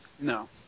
No